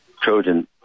Trojan